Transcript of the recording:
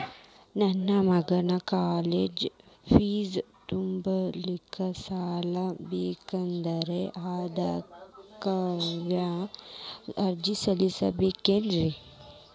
ನನ್ನ ಮಗನ college fee ತುಂಬಲಿಕ್ಕೆ ಸಾಲ ಬೇಕಾಗೆದ್ರಿ ಅದಕ್ಯಾವ ಅರ್ಜಿ ತುಂಬೇಕ್ರಿ?